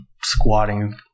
squatting